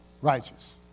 Righteous